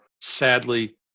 sadly